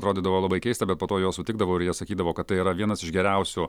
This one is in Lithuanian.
atrodydavo labai keista bet po to juos sutikdavau ir jie sakydavo kad tai yra vienas iš geriausių